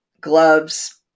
gloves